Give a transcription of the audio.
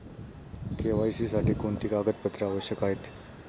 KYC साठी कोणती कागदपत्रे आवश्यक आहेत?